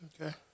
Okay